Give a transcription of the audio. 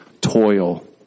toil